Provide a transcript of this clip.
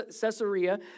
Caesarea